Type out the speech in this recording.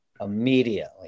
immediately